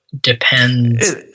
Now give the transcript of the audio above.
depends